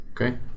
Okay